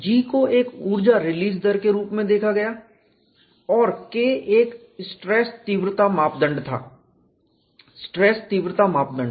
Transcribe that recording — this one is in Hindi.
G को एक ऊर्जा रिलीज दर के रूप में देखा गया था और K एक स्ट्रेस तीव्रता मापदंड था स्ट्रेस तीव्रता मापदंड